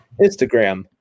Instagram